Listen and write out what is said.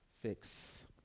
fix